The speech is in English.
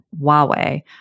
Huawei